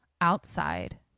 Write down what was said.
outside